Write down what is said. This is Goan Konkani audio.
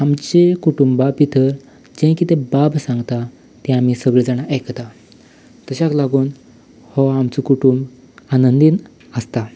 आमची कुटुंबा भितर जें कितें बाब सांगता तें आमी सगळे जाण आयकतात ताकाच लागून हो आमचो कुटुंब आनंदीन आसता